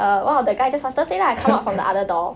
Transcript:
err one of the guy just faster say lah come out from the other door